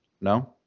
No